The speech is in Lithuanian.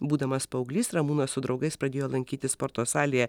būdamas paauglys ramūnas su draugais pradėjo lankytis sporto salėje